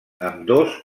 ambdós